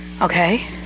okay